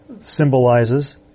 symbolizes